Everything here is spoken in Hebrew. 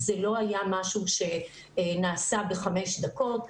זה לא היה משהו שנעשה בחמש דקות,